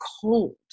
cold